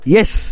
Yes